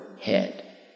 head